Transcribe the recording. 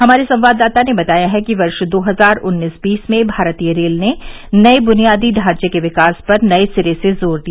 हमारे संवाददाता ने बताया है कि वर्ष दो हजार उन्नीस बीस में भारतीय रेल ने नये बुनियादी ढांचे के विकास पर नये सिरे से जोर दिया